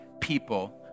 people